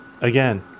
again